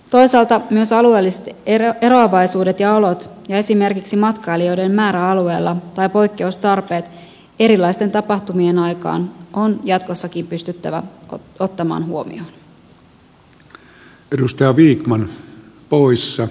toisaalta myös alueelliset eroavaisuudet ja olot ja esimerkiksi matkailijoiden määrä alueella tai poikkeustarpeet erilaisten tapahtumien aikaan on jatkossakin pystyttävä ottamaan huomioon